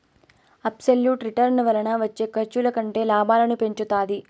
absolute return వలన వచ్చే ఖర్చుల కంటే లాభాలను పెంచుతాది